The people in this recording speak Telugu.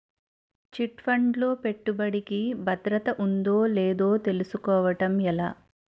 చిట్ ఫండ్ లో పెట్టుబడికి భద్రత ఉందో లేదో తెలుసుకోవటం ఎలా?